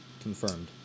Confirmed